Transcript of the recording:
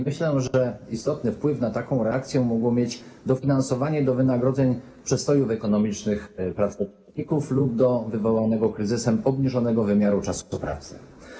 Myślę, że istotny wpływ na taką reakcję mogło mieć dofinansowanie do wynagrodzeń w trakcie przestojów ekonomicznych pracowników lub do wywołanego kryzysem obniżonego wymiaru czasu pracy.